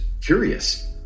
curious